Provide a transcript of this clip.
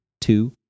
Two